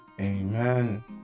Amen